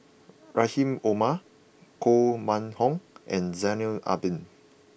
Rahim Omar Koh Mun Hong and Zainal Abidin